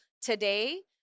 today